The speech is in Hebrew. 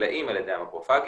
נבלעים על ידי המקרופגים,